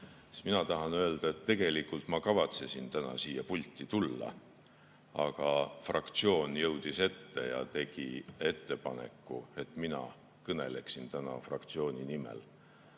Mina tahan öelda, et tegelikult ma kavatsesin täna siia pulti tulla. Aga fraktsioon jõudis ette ja tegi ettepaneku, et mina kõneleksin täna fraktsiooni nimel.